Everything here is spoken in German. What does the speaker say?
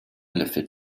löffel